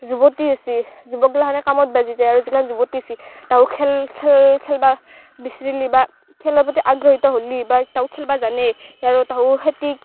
যুৱতী আছি যুৱক গিলাখানে কামত বাজি যায় আৰু যিগলাখান যুৱতী আছি তাহো খেল খেল খেলবা বিচৰিলি বা খেলৰ প্ৰতি আগ্ৰহীত হ'লি বা তাহো খেলবা জানে আৰু তাহো খেতি